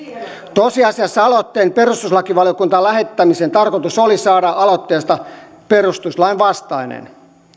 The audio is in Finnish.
tosiasiassa aloitteen perustuslakivaliokuntaan lähettämisen tarkoitus oli saada aloitteesta perustuslain vastainen